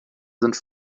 sind